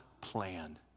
plan